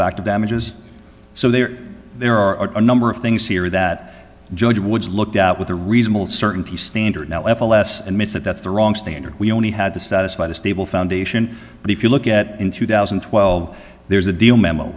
fact of damages so there there are a number of things here that judge woods looked out with a reasonable certainty standard now f l s admits that that's the wrong standard we only had to satisfy the stable foundation but if you look at in two thousand and twelve there's a deal mem